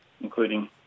including